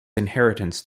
inheritance